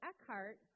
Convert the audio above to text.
Eckhart